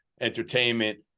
entertainment